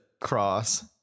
cross